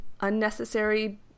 unnecessary